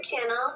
channel